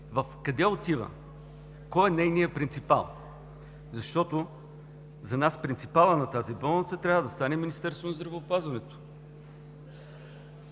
къде отива, кой е нейният принципал? За нас принципалът на тази болница трябва да стане Министерството на здравеопазването.